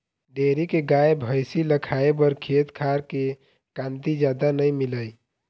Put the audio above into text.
dairy के गाय, भइसी ल खाए बर खेत खार के कांदी जादा नइ मिलय